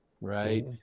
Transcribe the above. right